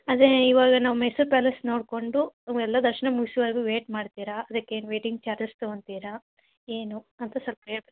ಅದೇ ಇವಾಗ ನಾವು ಮೈಸೂರು ಪ್ಯಾಲೇಸ್ ನೋಡಿಕೊಂಡು ಎಲ್ಲ ದರ್ಶನ ಮುಗಿಸೋವರೆಗು ವೇಟ್ ಮಾಡ್ತೀರ ಅದಕ್ಕೇನು ವೈಟಿಂಗ್ ಚಾರ್ಜಸ್ ತಗೋತಿರ ಏನು ಅಂತ ಸ್ವಲ್ಪ ಹೇಳಿ